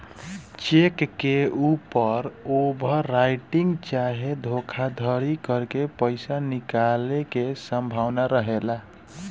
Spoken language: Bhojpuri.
चेक के ऊपर ओवर राइटिंग चाहे धोखाधरी करके पईसा निकाले के संभावना रहेला